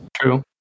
True